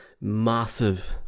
massive